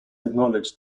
acknowledged